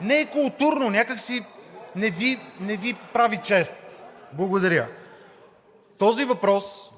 Не е културно някак си, не Ви прави чест. Благодаря. Този въпрос,